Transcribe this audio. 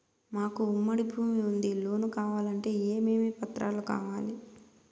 మాకు ఉమ్మడి భూమి ఉంది లోను కావాలంటే ఏమేమి పత్రాలు కావాలి?